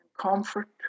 comfort